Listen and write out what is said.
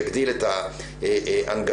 מדיניות האפליה,